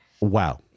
Wow